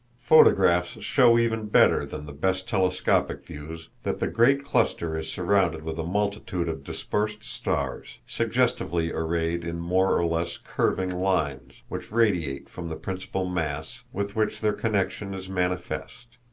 photographs show even better than the best telescopic views that the great cluster is surrounded with a multitude of dispersed stars, suggestively arrayed in more or less curving lines, which radiate from the principle mass, with which their connection is manifest.